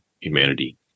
humanity